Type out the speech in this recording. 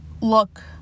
look